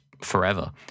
forever